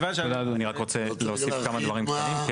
אדוני, אני רק רוצה להוסיף כמה דברים קטנים.